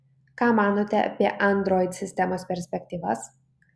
ką manote apie android sistemos perspektyvas